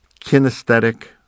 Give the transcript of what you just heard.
kinesthetic